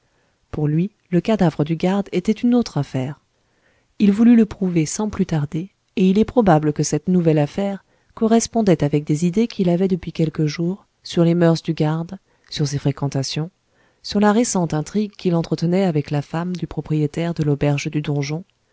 pour lui le cadavre du garde était une autre affaire il voulut le prouver sans plus tarder et il est probable que cette nouvelle affaire correspondait avec des idées qu'il avait depuis quelques jours sur les mœurs du garde sur ses fréquentations sur la récente intrigue qu'il entretenait avec la femme du propriétaire de l'auberge du donjon